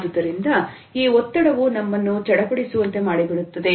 ಆದುದರಿಂದ ಈ ಒತ್ತಡವು ನಮ್ಮನ್ನು ಚಡಪಡಿಸುವಂತೆ ಮಾಡಿಬಿಡುತ್ತದೆ